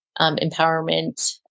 empowerment